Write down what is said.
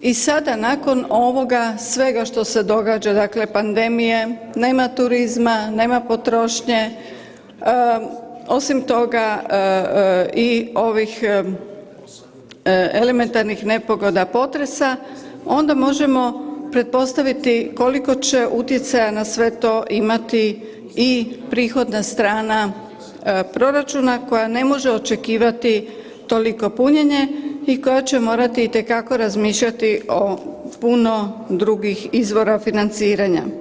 i sada nakon ovoga svega što se događa dakle pandemije, nema turizma, nema potrošnje, osim toga i ovih elementarnih nepogoda, potresa onda možemo pretpostaviti koliko će utjecaja na sve to imati i prihodna strana proračuna koja ne može očekivati toliko punjenje i koja će morati itekako razmišljati o puno drugih izvora financiranja.